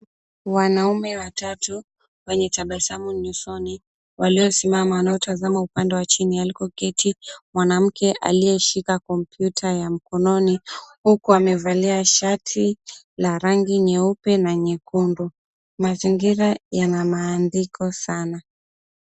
Wanaume watatu wenye tabasamu lishoni waliosimama wanaotazama upande wa chini alikoketi mwanamke aliyeshika kompyuta ya mkononi huku amevalia shati la rangi nyeupe na nyekundu, mazingira yana maandiko sana.